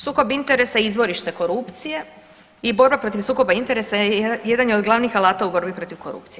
Sukob interesa je izvorište korupcije i borba protiv sukoba interesa jedan je od glavnih alata u borbi protiv korupcije.